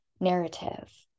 narrative